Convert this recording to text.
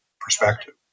perspective